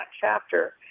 chapter